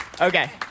Okay